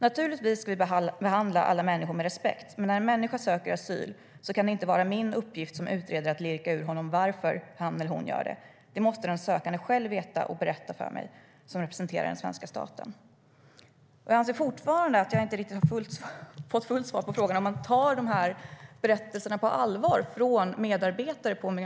Naturligtvis ska vi behandla alla människor med respekt men när en människa söker asyl så kan det inte vara min uppgift som utredare att lirka ur honom varför han eller hon gör det! Det måste den sökande själv veta och berätta det för mig, som representerar svenska staten. "Jag anser fortfarande att jag inte riktigt har fått fullt svar på frågan om man tar de här berättelserna från medarbetare på Migrationsverket på allvar.